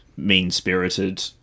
mean-spirited